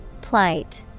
Plight